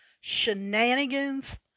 shenanigans